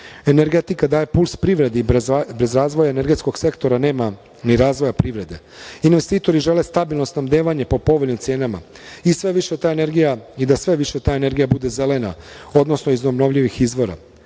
Energetika daje plus privredi, bez razvoja energetskog sektora nema ni razvoja privrede. Investitori žele stabilno snabdevanje po povoljnim cenama i da sve više ta energija bude zelena, odnosno iz obnovljivih izvora. Prema